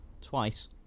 twice